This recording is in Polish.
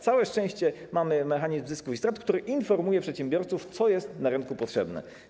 Całe szczęście mamy mechanizm zysków i strat, który informuje przedsiębiorców, co jest na rynku potrzebne.